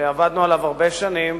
שעבדנו עליו הרבה שנים,